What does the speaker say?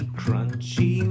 crunchy